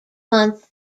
months